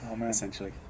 essentially